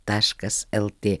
taškas lt